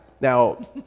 Now